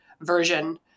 version